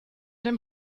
dem